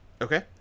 Okay